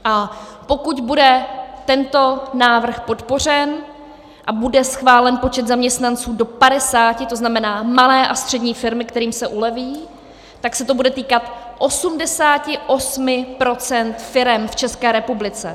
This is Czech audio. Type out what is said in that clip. A pokud bude tento návrh podpořen a bude schválen počet zaměstnanců do padesáti, to znamená, malé a střední firmy, kterým se uleví, tak se to bude týkat 88 % firem v České republice.